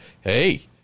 Hey